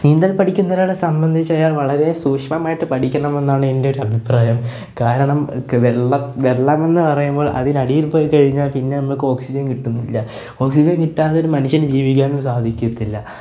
നീന്തൽ പഠിക്കുന്നൊരാളെ സംബന്ധിച്ച് അയാൾ വളരേ സൂക്ഷ്മമായിട്ട് പഠിക്കണമെന്നാണ് എൻ്റെ ഒരഭിപ്രായം കാരണം വെള്ളമെന്ന് പറയുമ്പോൾ അതിനടിയിൽ പോയി ക്കഴിഞ്ഞാല് പിന്നെ നമക്കോക്സിജൻ കിട്ടുന്നില്ല ഓക്സിജൻ കിട്ടാതൊരു മനുഷ്യന് ജീവിക്കാനും സാധിക്കത്തില്ല